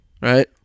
right